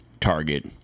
Target